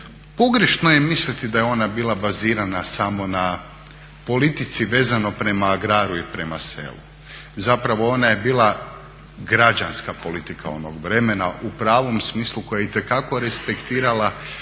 Pogrešno je misliti da je ona bila bazirana samo na politici vezano prema agraru i prema selu. Zapravo ona je bila građanska politika onog vremena u pravom smislu koja je itekako respektirala